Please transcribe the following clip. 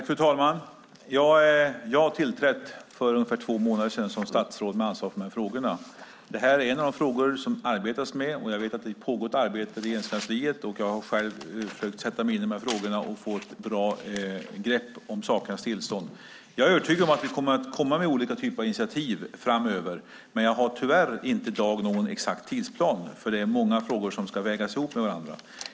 Fru talman! Jag tillträdde som statsråd med ansvar för dessa frågor för ungefär två månader sedan. Detta är en av de frågor som man arbetar med. Jag vet att det pågår ett arbete i Regeringskansliet, och jag har själv försökt sätta mig in i dessa frågor för att få ett bra grepp om sakernas tillstånd. Jag är övertygad om att vi kommer att komma med olika typer av initiativ framöver. Men jag har i dag tyvärr inte någon exakt tidsplan eftersom det är många frågor som ska vägas ihop med varandra.